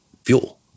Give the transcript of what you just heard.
fuel